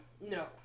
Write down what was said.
No